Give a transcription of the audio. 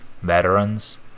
veterans